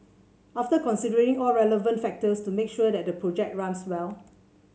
after considering all relevant factors to make sure that the project runs well